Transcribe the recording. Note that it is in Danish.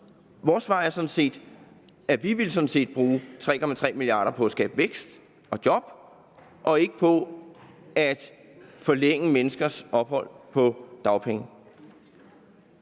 er sådan set, at vi ville bruge 3,3 mia. kr. på at skabe vækst og job og ikke på at forlænge menneskers ophold på dagpenge.